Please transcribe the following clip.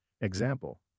Example